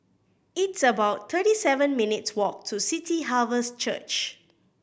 it's about thirty seven minutes' walk to City Harvest Church